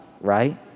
right